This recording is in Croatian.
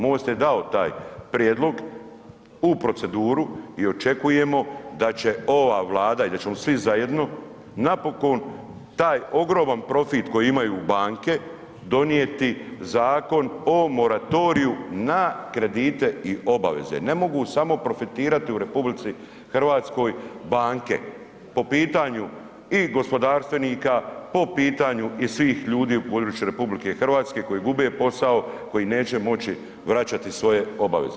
MOST je dao taj prijedlog u proceduru i očekujemo da će ova Vlada i da ćemo svi zajedno napokon taj ogroman profit koji imaju banke donijeti Zakon o moratoriju na kredite i obaveze, ne mogu samo profitirati u RH banke po pitanju i gospodarstvenika, po pitanju i svih ljudi u RH koji gube posao, koji neće moći vraćati svoje obaveze.